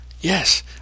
Yes